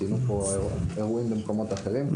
ציינו פה אירועים במקומות אחרים,